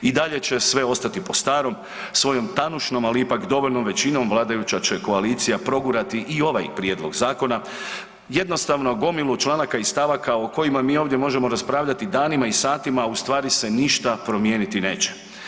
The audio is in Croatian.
I dalje će sve ostati po starom, svojom tanušnom ali ipak dovoljnom većinom vladajuća će koalicija progurati i ovaj prijedlog zakona, jednostavno gomilu članaka i stavaka o kojima mi ovdje možemo raspravljati danima i satima, a ustvari se ništa promijeniti neće.